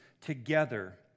together